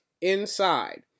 inside